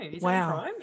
wow